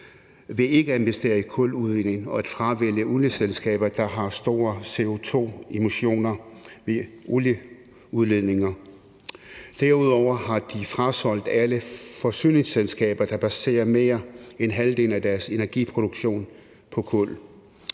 ved ikke at investere i kuludvinding og ved at fravælge olieselskaber der har store CO2-emissioner ved olieudledninger. Derudover har de frasolgt alle forsyningsselskaber, der baserer mere end halvdelen af deres energiproduktion på kul.